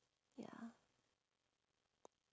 ya